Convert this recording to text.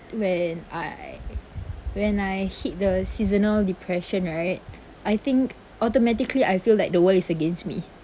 when I when I hit the seasonal depression right I think automatically I feel like the world is against me